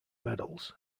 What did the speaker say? medals